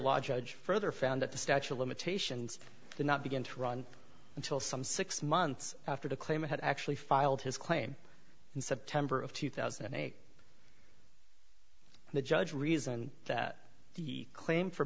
judge further found that the statue of limitations did not begin to run until some six months after the claim had actually filed his claim in september of two thousand and eight the judge reason that the claim for